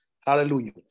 Hallelujah